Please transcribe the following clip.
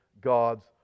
God's